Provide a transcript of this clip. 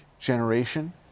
generation